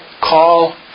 call